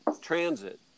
transit